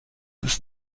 ist